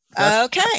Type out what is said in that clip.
Okay